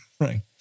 Right